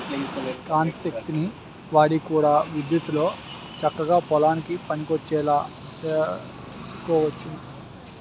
కాంతి శక్తిని వాడి కూడా విద్యుత్తుతో చక్కగా పొలానికి పనికొచ్చేలా సేసుకోవచ్చు